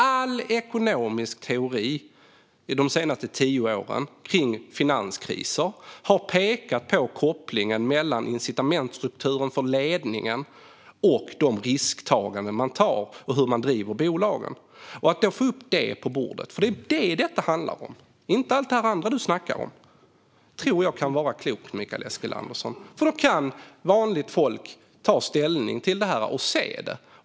All ekonomisk teori om finanskriser från de senaste tio åren har pekat på kopplingen mellan incitamentsstrukturen för ledningen och de risktaganden man gör samt hur man driver bolagen. Det är vad detta handlar om, inte allt det andra som du talar om. Jag tror att det kan vara klokt att få upp allt det på bordet. Då kan vanligt folk ta ställning till det och se det.